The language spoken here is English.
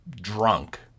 drunk